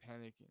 panicking